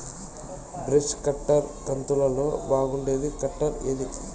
Brush cutter కంతులలో బాగుండేది cutter ఏది?